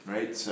Right